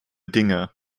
dinge